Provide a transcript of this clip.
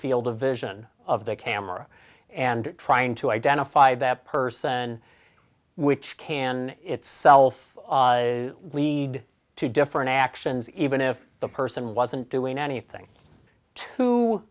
field of vision of the camera and trying to identify that person which can itself lead to different actions even if the person wasn't doing anything to